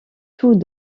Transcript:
tout